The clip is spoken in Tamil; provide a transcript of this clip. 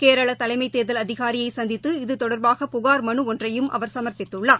கேரளதலைமைதேர்தல் அதிகாரியைசந்தித்து இது தொடர்பாக புகார் மனுஒன்றையும் அவர் சம்ப்பித்துள்ளார்